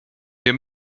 wir